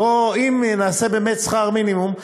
אם נעשה באמת שכר מינימום,